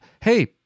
hey